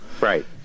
Right